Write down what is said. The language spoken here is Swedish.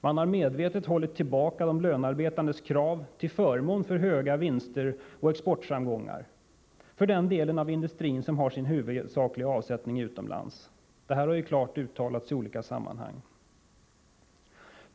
Man har medvetet hållit tillbaka de lönarbetandes krav till förmån för höga vinster och exportframgångar för den delen av industrin som har sin huvudsakliga avsättning utomlands. Det här har klart uttalats i olika sammanhang.